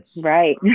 Right